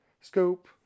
Scoop